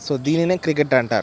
so దీనినే cricket అంటారు